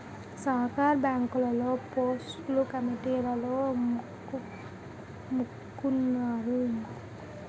సహకార బ్యాంకుల్లో పోస్టులు కమిటీలోల్లమ్ముకున్నారు